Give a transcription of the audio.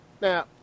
Now